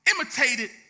imitated